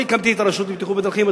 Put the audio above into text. אני הקמתי את הרשות לבטיחות בדרכים,